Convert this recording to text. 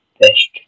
best